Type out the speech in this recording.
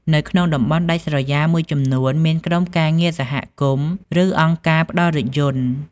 នៅក្នុងតំបន់ដាច់ស្រយាលមួយចំនួន មានក្រុមការងារសហគមន៍ឬអង្គការផ្តល់រថយន្ត។